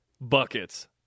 buckets